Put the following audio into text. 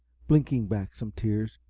blinking back some tears.